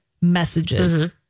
messages